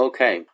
Okay